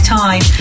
time